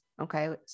okay